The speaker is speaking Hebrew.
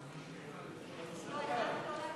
התשע"ה 2014,